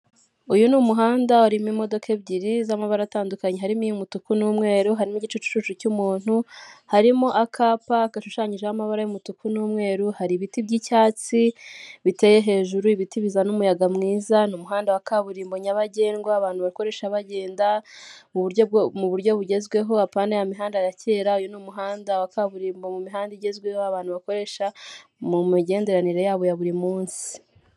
Uyu ni umuhanda urimo imodoka ebyiri z'amabara atandukanye harimo n'umutuku n'umweru harimo igicucucucu cy'umuntu, harimo akapa gashushanyijeho amabara y'umutuku n'umweru, hari ibiti by'icyatsi biteye hejuru, ibiti bizana umuyaga mwiza mu umuhanda wa kaburimbo nyabagendwa abantu bakoresha bagenda m'uburyo bugezweho apana ya mihanda ya kera uyu n'umuhanda wa kaburimbo mu mihanda igezweho abantu bakoresha mu migenderanire yabo ya buri munsi.